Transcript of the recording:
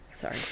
sorry